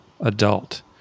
adult